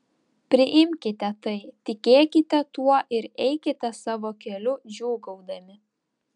priimkite tai tikėkite tuo ir eikite savo keliu džiūgaudami